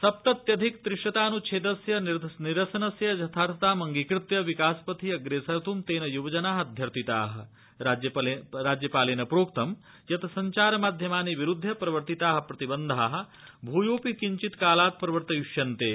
सप्तत्यधिकशितानुच्छेदस्य निरसनस्य यर्थाथताम् अंगीकृत्य विकासपथि अप्रेसर्त् तेन युवजना अध्यर्थिता राज्यपालेन प्रोक्तं यत् सञ्चारमाध्यमानि विरूध्य प्रवर्तिता प्रतिबन्धा भूयोऽपि किञ्चित् कालात् प्रवर्तिष्यन्ते